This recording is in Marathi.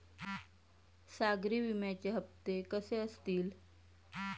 सागरी विम्याचे हप्ते कसे असतील?